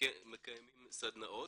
מקיימות סדנאות.